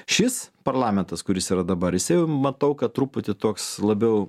šis parlamentas kuris yra dabar jisai jau matau kad truputį toks labiau